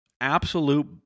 Absolute